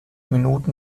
minuten